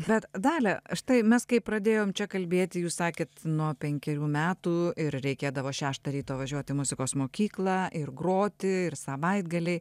bet dalia štai mes kai pradėjom čia kalbėti jūs sakėt nuo penkerių metų ir reikėdavo šeštą ryto važiuot į muzikos mokyklą ir groti ir savaitgaliai